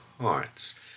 hearts